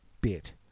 bit